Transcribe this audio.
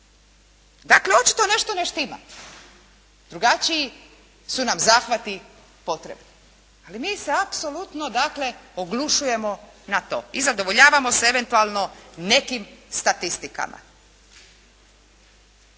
Dakle, očito nešto ne štima. Drugačiji su nam zahvati potrebni, ali mi se apsolutno dakle oglušujemo na to i zadovoljavamo se eventualno nekim statistikama.